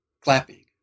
clapping